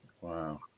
Wow